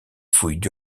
fouilles